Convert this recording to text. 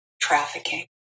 trafficking